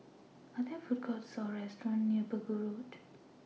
Are There Food Courts Or restaurants near Pegu Road